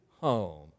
home